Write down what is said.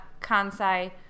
Kansai